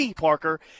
Parker